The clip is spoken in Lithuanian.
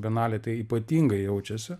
bienalėj tai ypatingai jaučiasi